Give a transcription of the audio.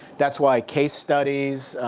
that's why case studies,